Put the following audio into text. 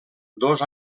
dos